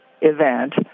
event